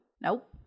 nope